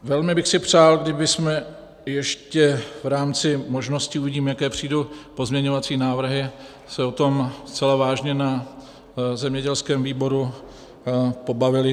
Velmi bych si přál, kdybychom ještě v rámci možností uvidím, jaké přijdou pozměňovací návrhy se o tom zcela vážně na zemědělském výboru pobavili.